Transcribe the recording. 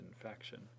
infection